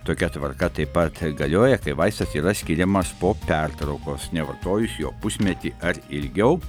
tokia tvarka taip pat galioja kai vaistas yra skiriamas po pertraukos nevartojus jo pusmetį ar ilgiau